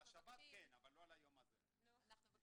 זה הישג